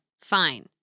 fine